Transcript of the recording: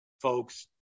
folks